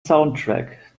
soundtrack